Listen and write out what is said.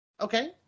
Okay